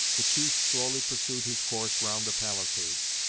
the chief slowly pursued his course round the palisades.